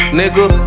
nigga